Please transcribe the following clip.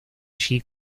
allí